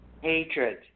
Hatred